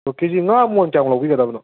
ꯀꯦ ꯖꯤ ꯉꯥ ꯃꯣꯟ ꯀꯌꯥꯃꯨꯛ ꯂꯧꯕꯤꯒꯗꯕꯅꯣ